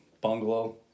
bungalow